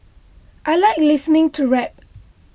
I like listening to rap